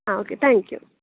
ಹಾಂ okay thank you